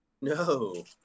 No